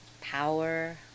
power